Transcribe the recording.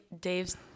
Dave's